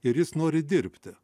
ir jis nori dirbti